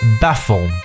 Baffle